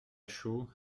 chaux